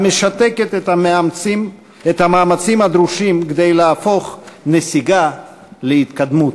המשתקת את המאמצים הדרושים כדי להפוך נסיגה להתקדמות",